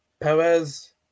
Perez